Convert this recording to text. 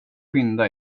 skynda